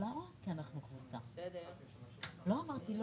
זאת אומרת,